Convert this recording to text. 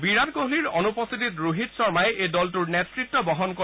বিৰাট কোহলিৰ অনুপস্থিতিত ৰোহিত শৰ্মাই এই দলটোৰ নেতৃত্ব বহন কৰিব